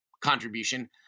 contribution